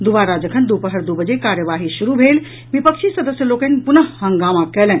दुबारा जखन दुपहर दू बजे कार्यवाही शुरू भेल विपक्षी सदस्य लोकनि पुनः हंगामा कयलनि